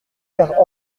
faire